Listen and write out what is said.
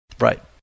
Right